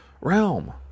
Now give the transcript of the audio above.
realm